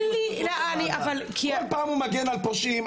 כל פעם הוא מגן על פושעים,